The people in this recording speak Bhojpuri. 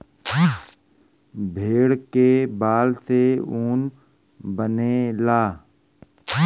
भेड़ के बाल से ऊन बनेला